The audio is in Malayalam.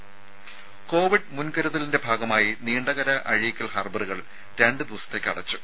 രുമ കോവിഡ് മുൻകരുതലിന്റെ ഭാഗമായി നീണ്ടകര അഴീക്കൽ ഹാർബറുകൾ രണ്ട് ദിവസത്തേക്ക് അടച്ചു